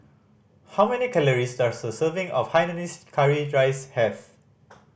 how many calories does a serving of hainanese curry rice have